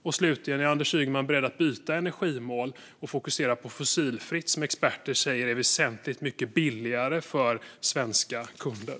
Och slutligen: Är Anders Ygeman beredd att byta energimål och fokusera på fossilfritt, som experter säger är väsentligt mycket billigare för svenska kunder?